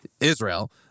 Israel